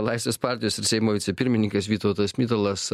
laisvės partijos ir seimo vicepirmininkas vytautas mitalas